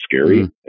scary